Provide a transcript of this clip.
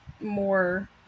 more